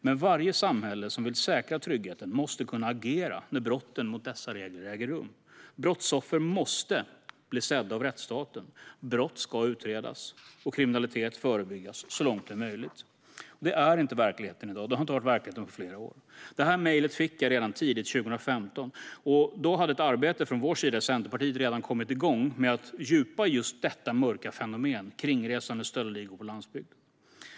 Men varje samhälle som vill säkra tryggheten måste kunna agera när brotten mot dessa regler äger rum. Brottsoffer måste bli sedda av rättsstaten. Brott ska utredas och kriminalitet förebyggas så långt det är möjligt. Det är inte verkligheten i dag, och det har inte varit verkligheten på flera år. Det här mejlet fick jag redan tidigt 2015. Då hade ett arbete från vår sida i Centerpartiet redan kommit igång med att djuploda i just detta mörka fenomen: kringresande stöldligor på landsbygden.